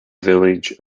village